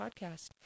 podcast